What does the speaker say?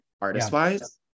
artist-wise